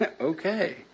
Okay